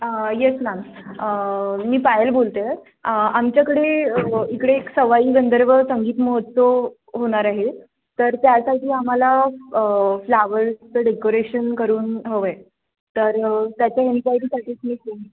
yes ma'am मी पायल बोलते आहे आमच्याकडे इकडे एक सवाई गंधर्व संगीत महोत्सव होणार आहे तर त्यासाठी आम्हाला फ्लावर्सचं डेकोरेशन करून हवं आहे तर त्याच्या एन्क्वायरीसाठीच मी फोन